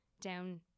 down